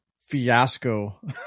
fiasco